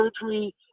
surgery